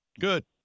Good